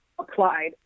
applied